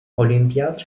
olimpiyat